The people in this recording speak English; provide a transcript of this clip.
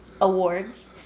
awards